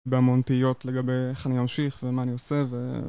בהמון תהיות לגבי איך אני אמשיך ומה אני עושה.